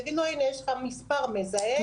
יגידו לו יש לך מספר מזהה,